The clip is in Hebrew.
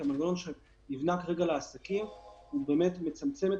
כי המנגנון שנבנה כרגע לעסקים מצמצם את